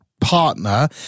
partner